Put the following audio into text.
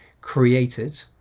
created